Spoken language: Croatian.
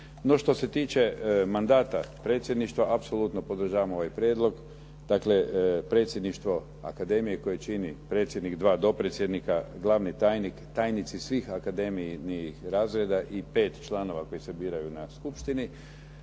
No što se tiče mandata predsjedništva, apsolutno podržavam ovaj prijedlog. Dakle predsjedništvo akademije koje čini predsjednik, dva dopredsjednika, glavni tajnik, tajnici svih akademijinih razreda i 5 članova koji se biraju na skupštini,